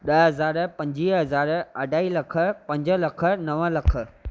ॾह हज़ार पंजुवीह हज़ार अढाई लख पंज लख नव लख